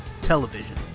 television